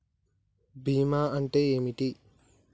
బీమా అంటే ఏమిటి?